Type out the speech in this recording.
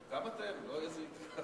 גם אתם, לא יזיק.